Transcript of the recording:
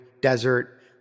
desert